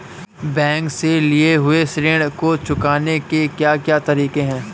Bank से लिए हुए ऋण को चुकाने के क्या क्या तरीके हैं?